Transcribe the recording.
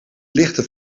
lichten